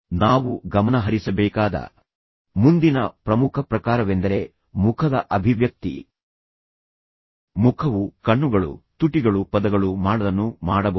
ನಾವು ಗಮನಹರಿಸಬೇಕಾದ ಮುಂದಿನ ಪ್ರಮುಖ ಪ್ರಕಾರವೆಂದರೆ ಮುಖದ ಅಭಿವ್ಯಕ್ತಿ ಮುಖವು ಕಣ್ಣುಗಳು ತುಟಿಗಳು ಪದಗಳು ಮಾಡದನ್ನು ಮಾಡಬಹುದು